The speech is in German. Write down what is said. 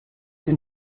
dem